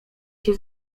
się